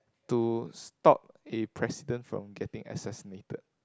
to stop a president from getting assasssinated